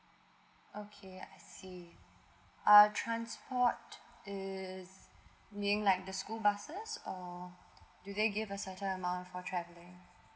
okay I see uh transport is being like the school buses or do they give a certain amount for travelling